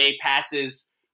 passes